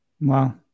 Wow